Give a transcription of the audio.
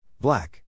Black